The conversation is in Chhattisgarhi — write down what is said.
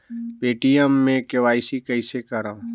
पे.टी.एम मे के.वाई.सी कइसे करव?